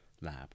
lab